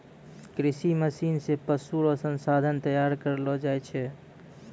कृषि मशीन से पशु रो संसाधन तैयार करलो जाय छै